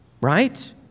Right